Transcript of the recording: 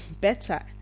better